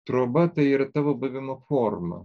troba tai yra tavo buvimo forma